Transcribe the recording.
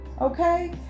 Okay